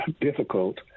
difficult